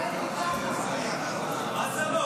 וסרלאוף,